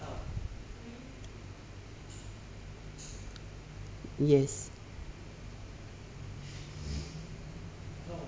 yes